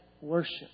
Worship